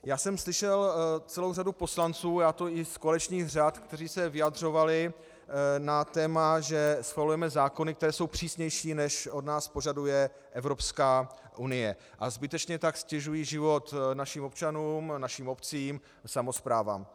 Já jsem slyšel celou řadu poslanců, a to i z koaličních řad, kteří se vyjadřovali na téma, že schvalujeme zákony, které jsou přísnější, než od nás požaduje Evropská unie, a zbytečně tak ztěžují život našim občanům, našim obcím a samosprávám.